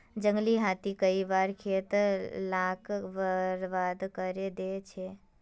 जंगली हाथी कई बार खेत लाक बर्बाद करे दे छे